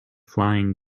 flying